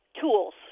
tools